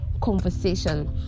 conversation